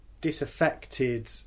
disaffected